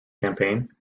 campaign